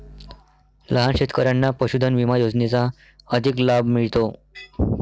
लहान शेतकऱ्यांना पशुधन विमा योजनेचा अधिक लाभ मिळतो